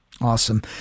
Awesome